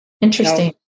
Interesting